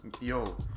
Yo